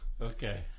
Okay